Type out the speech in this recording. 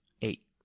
eight